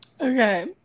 Okay